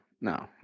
no